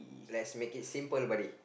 lets make it simple buddy